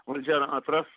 valdžia atras